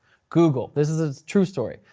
google, this is a true story.